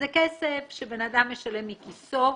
זה כסף שבן אדם משלם מכיסו.